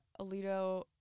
Alito